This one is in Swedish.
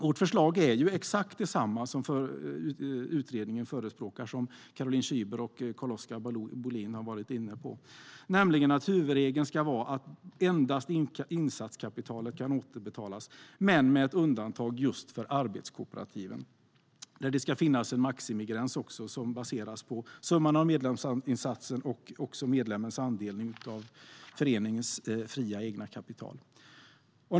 Vårt förslag är exakt detsamma som utredningen förespråkar och som Caroline Szyber och Carl-Oskar Bohlin har varit inne på, nämligen att huvudregeln ska vara att endast insatskapitalet kan återbetalas, men med ett undantag för just arbetskooperativen. Där ska det finnas en maximigräns som baseras på summan av medlemsinsatsen och medlemmens andel av föreningens fria egna kapital.